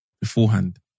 Beforehand